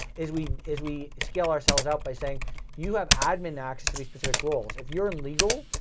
is we is we scale ourselves up by saying you have admin access to these specific roles. if you're in legal,